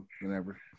whenever